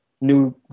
new